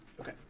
Okay